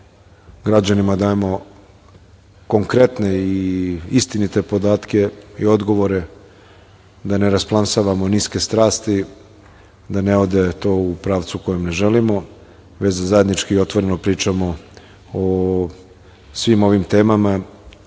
građanima dajemo konkretne i istinite podatke i odgovore da ne rasplamsavamo niske strasti da ne ode to u pravcu koji ne želimo već da zajednički i otvoreno pričamo o svim ovim temama